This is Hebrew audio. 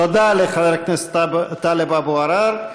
תודה לחבר הכנסת טלב אבו עראר.